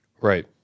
Right